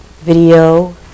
video